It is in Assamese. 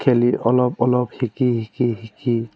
খেলি অলপ অলপ শিকি শিকি শিকি